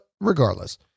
regardless